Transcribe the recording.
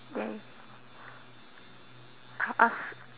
!yay! how ask